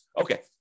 Okay